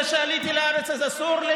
זה שעליתי לארץ אז אסור לי?